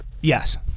Yes